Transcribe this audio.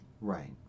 Right